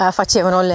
facevano